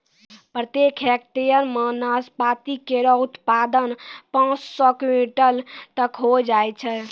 प्रत्येक हेक्टेयर म नाशपाती केरो उत्पादन पांच सौ क्विंटल तक होय जाय छै